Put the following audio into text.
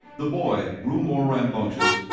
the boy grew more rambunctious,